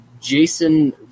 Jason